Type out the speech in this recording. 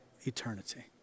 eternity